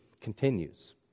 continues